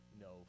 no